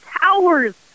towers